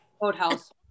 Boathouse